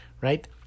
right